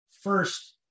first